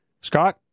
Scott